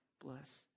bless